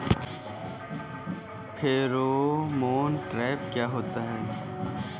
Pheromone trap क्या होता है?